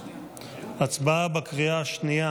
הצבעה בקריאה השנייה